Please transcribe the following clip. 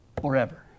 forever